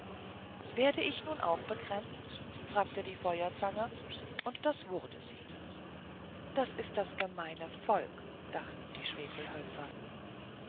werde ich nun auch bekränzt fragte die feuerzange und das wurde sie das ist das gemeine volk dachten die schwefelhölzer